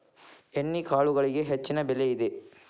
ಎಣ್ಣಿಕಾಳುಗಳಿಗೆ ಹೆಚ್ಚಿನ ಬೆಲೆ ಇದೆ